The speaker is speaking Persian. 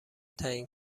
تعیین